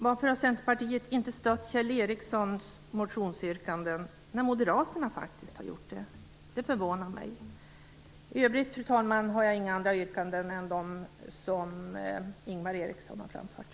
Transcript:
Varför har inte Centerpartiet stött Kjell Ericssons motionsyrkanden, när Moderaterna faktiskt har gjort det? Det förvånar mig. Fru talman! I övrig har jag inga andra yrkanden än dem som Ingvar Eriksson har framfört.